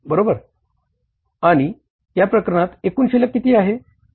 बरोबर आणि या प्रकरणात एकूण शिल्लक किती आहे